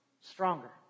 Stronger